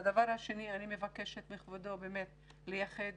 הדבר השני: אני מבקשת מכבודו לייחד